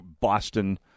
Boston